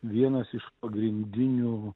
vienas iš pagrindinių